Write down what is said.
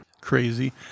crazy